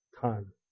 time